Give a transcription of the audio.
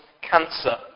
cancer